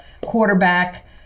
quarterback